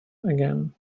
again